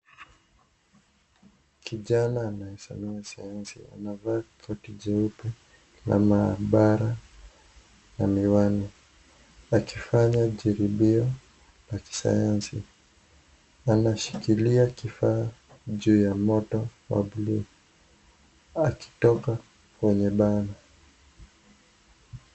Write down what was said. Kijana anayesomea sayansi, amevaa koti jeupe la maabara na miwani, akifanya jaribio la kisayansi. Anashikilia kifaa juu ya moto wa bluu, akitoka kwenye bara.